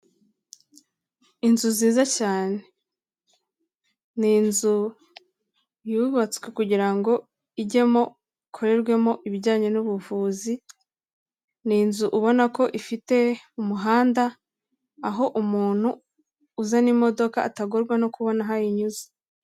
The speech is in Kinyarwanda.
Inzu nziza cyane. Ni inzu yubatswe kugira ngo ijyemo, ikorerwemo ibijyanye n'ubuvuzi, ni inzu ubona ko ifite umuhanda, aho umuntu uzana imodoka atagorwa no kubona aho ayinyuza.